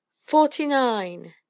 forty-nine